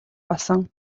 болсон